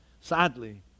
sadly